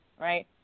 Right